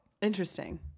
Interesting